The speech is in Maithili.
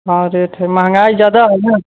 बड़ रेट हइ महँगाई ज्यादा हइ ने